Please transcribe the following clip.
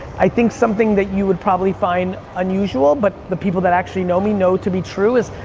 i think something that you would probably find unusual, but the people that actually know me, know to be true is,